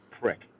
prick